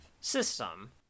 system